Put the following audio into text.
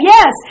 Yes